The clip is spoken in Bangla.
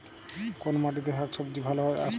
কোন মাটিতে শাকসবজী ভালো চাষ হয়?